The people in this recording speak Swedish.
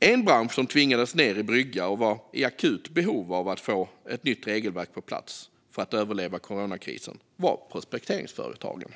En bransch som tvingades ned i brygga och var i akut behov av att få ett nytt regelverk på plats för att överleva coronakrisen var prospekteringsföretagen.